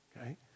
Okay